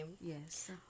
Yes